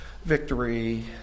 Victory